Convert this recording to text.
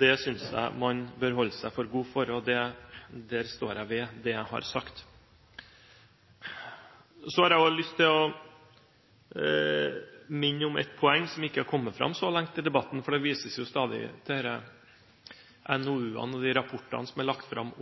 Det synes jeg man bør holde seg for god for, og der står jeg ved det jeg har sagt. Så har jeg lyst til å minne om et poeng som ikke har kommet fram så langt i debatten. Det vises stadig til NOU-ene og de rapportene som er lagt fram,